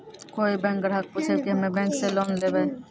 कोई बैंक ग्राहक पुछेब की हम्मे बैंक से लोन लेबऽ?